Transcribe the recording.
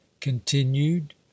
Continued